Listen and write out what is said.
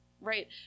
right